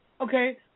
Okay